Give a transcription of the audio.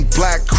black